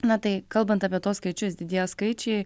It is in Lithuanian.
na tai kalbant apie tuos skaičius didėja skaičiai